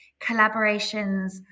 collaborations